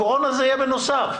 הקורונה זה יהיה בנוסף.